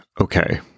Okay